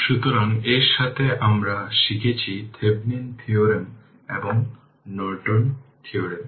সুতরাং যদি এই অংশটি সেখানে না থাকে তবে আসুন দেখি সার্কিটটি কেমন